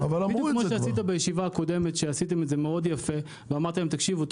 בדיוק כמו שעשית בישיבה הקודמת שעשיתם את זה מאוד יפה ואמרתם: תקשיבו,